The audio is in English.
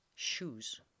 shoes